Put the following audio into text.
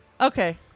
Okay